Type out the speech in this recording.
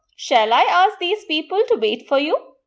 shall i ask these people to wait for you?